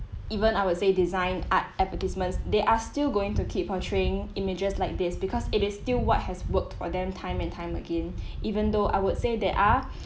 even I would say design art advertisements they are still going to keep portraying images like this because it is still what has worked for them time and time again even though I would say they are